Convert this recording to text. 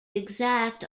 exact